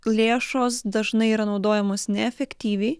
lėšos dažnai yra naudojamos neefektyviai